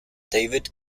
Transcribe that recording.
david